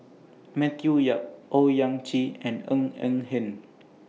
Matthew Yap Owyang Chi and Ng Eng Hen